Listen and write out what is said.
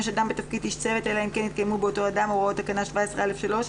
אדם בתפקיד איש צוות אלא אם כן נתקיימו באותו אדם הוראות תקנה 17(א)(3),